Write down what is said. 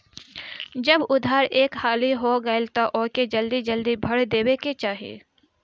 जब उधार एक हाली हो गईल तअ ओके जल्दी जल्दी भर देवे के चाही